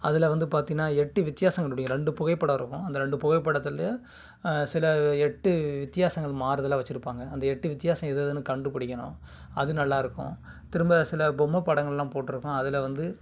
அதில் வந்து பார்த்தின்னா எட்டு வித்தியாசம் கண்டுபிடிக்கணும் ரெண்டு புகைப்படம் இருக்கும் அந்த ரெண்டு புகைப்படத்தில் சில எட்டு வித்தியாசங்கள் மாறுதலாக வச்சிருப்பாங்கள் அந்த எட்டு வித்தியாசம் எது எதுன்னு கண்டுபிடிக்கணும் அது நல்லா இருக்கும் திரும்ப சில பொம்மை படங்கள்லாம் போட்டிருக்கும் அதில் வந்து